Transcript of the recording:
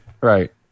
Right